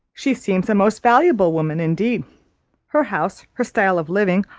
she seems a most valuable woman indeed her house, her style of living,